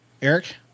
eric